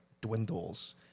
dwindles